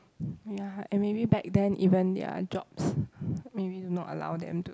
ya and maybe back then even their jobs maybe not allow them to